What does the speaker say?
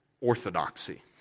orthodoxy